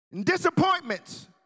Disappointments